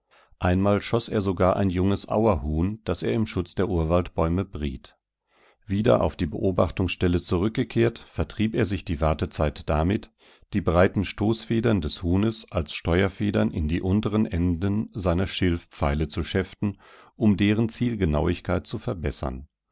einmal schoß er sogar ein junges auerhuhn das er im schutz der urwaldbäume briet wieder auf die beobachtungsstelle zurückgekehrt vertrieb er sich die wartezeit damit die breiten stoßfedern des huhnes als steuerfedern in die unteren enden seiner schilfpfeile zu schäften um deren zielgenauigkeit zu verbessern